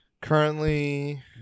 Currently